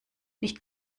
nicht